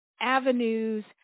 avenues